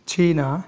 चीना